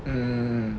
mm mm mm